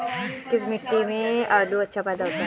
किस मिट्टी में आलू अच्छा पैदा होता है?